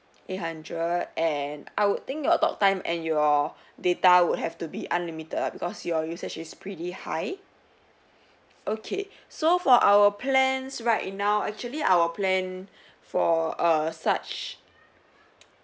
eight hundred and I would think your talk time and your data would have to be unlimited because your usage is pretty high okay so for our plans right now actually our plan for err such